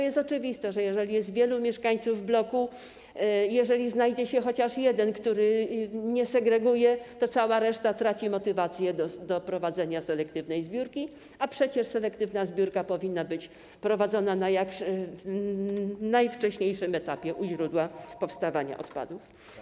Jest oczywiste, że jeżeli jest wielu mieszkańców w bloku i jeżeli znajdzie się chociaż jeden, który nie segreguje, to cała reszta traci motywację do prowadzenia selektywnej zbiórki, a przecież selektywna zbiórka powinna być prowadzona na jak najwcześniejszym etapie, u źródła powstawania odpadów.